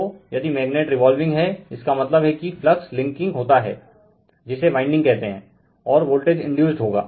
तो यदि magnet revolving हैं इसका मतलब हैं कि फ्लक्स लिंकिंग होता हैं जिसे वाइंडिग कहते हैं और वोल्टेज इंड्यूस्ड होगा